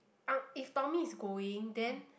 uh if Tommy is going then